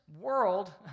world